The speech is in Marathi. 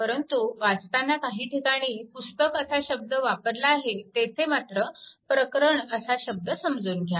परंतु वाचताना काही ठिकाणी पुस्तक असा शब्द वापरला आहे तेथे मात्र प्रकरण असा शब्द समजून घ्या